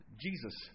Jesus